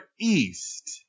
East